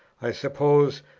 i suppose,